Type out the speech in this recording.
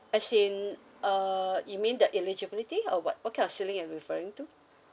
as in uh you mean the eligibility or what what kind of ceiling are you referring to